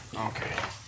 Okay